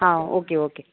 हां okay okay